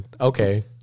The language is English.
Okay